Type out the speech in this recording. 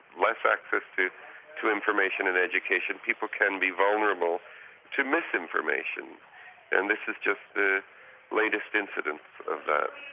less access to to information and education. people can be vulnerable to mis-information and this is just the latest incidence of that.